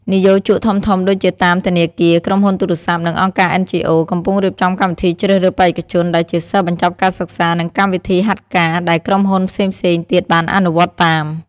និយោជកធំៗដូចជាតាម ធនាគារ ក្រុមហ៊ុនទូរស័ព្ទ និងអង្គការ NGO កំពុងរៀបចំកម្មវិធីជ្រើសរើសបេក្ខជនដែលជាសិស្សបញ្ចប់ការសិក្សា និងកម្មវិធីហាត់ការ ដែលក្រុមហ៊ុនផ្សេងៗទៀតបានអនុវត្តតាម។